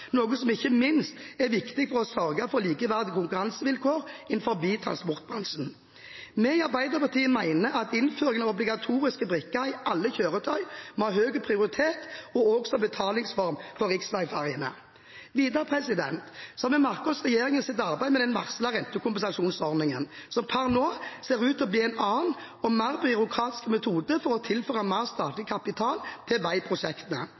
noe som ikke minst er viktig for å sørge for likeverdige konkurransevilkår innenfor transportbransjen. Vi i Arbeiderpartiet mener at innføring av obligatoriske brikker i alle kjøretøy og som betalingsform på riksveiferjene må ha høy prioritet. Videre har vi merket oss regjeringens arbeid med den varslede rentekompensasjonsordningen, som per nå ser ut til å bli en annen og mer byråkratisk metode for å tilføre mer statlig kapital til veiprosjektene.